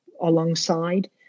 alongside